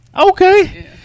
Okay